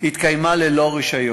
שהתקיימה ללא רישיון,